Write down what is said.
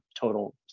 total